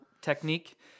technique